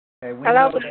Hello